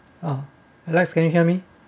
ah alex can you hear me